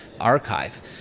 archive